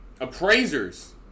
appraisers